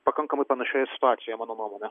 pakankamai panašioje situacijoj mano nuomone